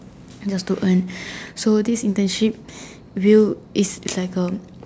just to earn so this internship view is like a